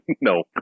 no